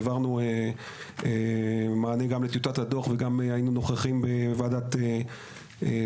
העברנו מענה גם לטיוטת הדו"ח; היינו נוכחים בוועדה של